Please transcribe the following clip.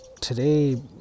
today